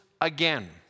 again